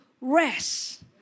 rest